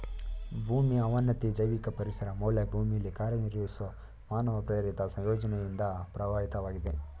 ಭೂಮಿ ಅವನತಿ ಜೈವಿಕ ಪರಿಸರ ಮೌಲ್ಯ ಭೂಮಿಲಿ ಕಾರ್ಯನಿರ್ವಹಿಸೊ ಮಾನವ ಪ್ರೇರಿತ ಸಂಯೋಜನೆಯಿಂದ ಪ್ರಭಾವಿತವಾಗಿದೆ